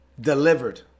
delivered